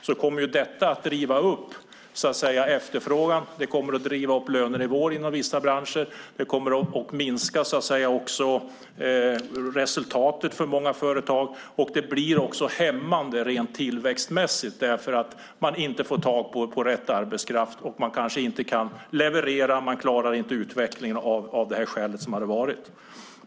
Det kommer att driva upp efterfrågan, det kommer att driva upp lönenivåer inom vissa branscher, det kommer att minska resultatet för många företag, och det blir dessutom hämmande rent tillväxtmässigt, eftersom man inte får tag på rätt arbetskraft och kanske inte kan leverera och klara utvecklingen av det skälet.